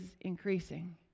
increasing